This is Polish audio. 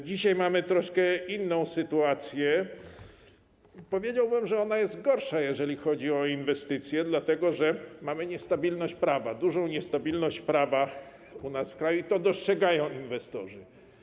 Dzisiaj mamy troszkę inną sytuację, powiedziałbym, że ona jest gorsza, jeżeli chodzi o inwestycje, dlatego że mamy niestabilność prawa, dużą niestabilność prawa w kraju, i to dostrzegają inwestorzy.